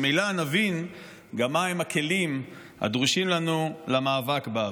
וממילא נבין גם מהם הכלים הדרושים לנו למאבק בה.